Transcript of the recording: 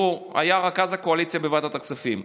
שהיה רכז הקואליציה בוועדת הכספים,